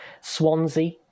Swansea